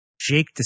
Jake